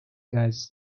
guides